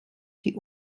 die